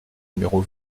numéro